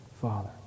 father